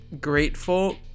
grateful